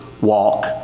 walk